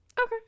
Okay